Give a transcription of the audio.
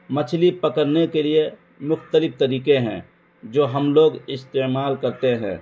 مچھلی پکڑنے کے لیے مختلف طریقے ہیں جو ہم لوگ استعمال کرتے ہیں